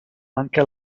anche